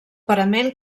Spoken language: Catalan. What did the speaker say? parament